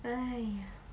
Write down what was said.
!aiya!